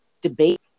debate